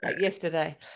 Yesterday